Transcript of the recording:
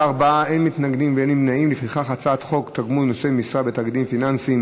ההצעה להעביר את הצעת חוק תגמול לנושאי משרה בתאגידים פיננסיים